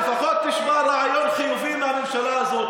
לפחות תשמע רעיון חיובי מהממשלה הזאת,